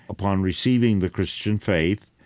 upon receiving the christian faith,